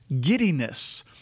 giddiness